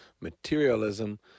materialism